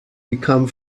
become